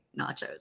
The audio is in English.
nachos